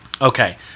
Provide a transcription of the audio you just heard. Okay